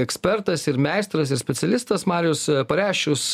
ekspertas ir meistras ir specialistas marius pareščius